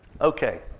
Okay